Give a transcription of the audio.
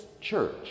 church